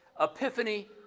epiphany